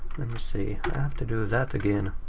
let me see. i have to do that again.